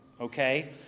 okay